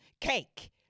Cake